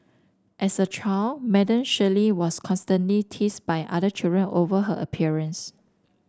as a child Madam Shirley was constantly teased by other children over her appearance